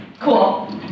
cool